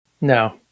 No